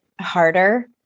harder